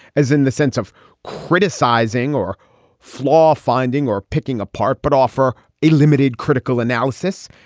as in the sense of criticizing or floor finding or picking apart, but offer a limited critical analysis.